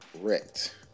wrecked